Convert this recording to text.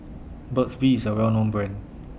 Burt's Bee IS A Well known Brand